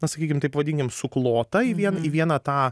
pasakykim taip pavadinkim suklota į vien į vieną tą